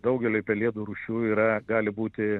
daugeliui pelėdų rūšių yra gali būti